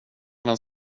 vem